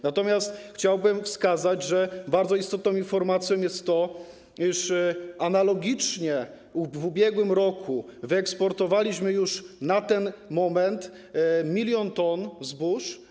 Natomiast chciałbym wskazać, że bardzo istotną informacją jest to, iż analogicznie w ubiegłym roku wyeksportowaliśmy już na ten moment 1 mln t zbóż.